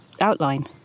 outline